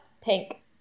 pink